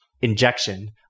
injection